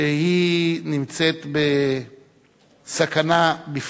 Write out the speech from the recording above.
שהיא נמצאת בסכנה מפניהן.